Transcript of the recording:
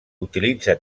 utilitza